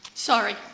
Sorry